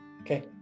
Okay